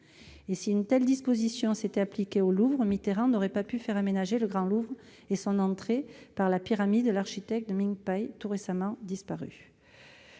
Si une telle disposition s'était appliquée au Louvre, François Mitterrand n'aurait jamais pu faire aménager le Grand Louvre et son entrée par la pyramide de l'architecte Ming Pei, tout récemment disparu.